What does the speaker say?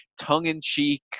tongue-in-cheek